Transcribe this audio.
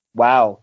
wow